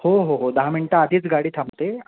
हो हो हो दहा मिनटं आधीच गाडी थांबते